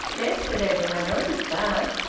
yes, said edwin, i noticed that.